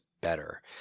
better